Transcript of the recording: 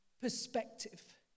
perspective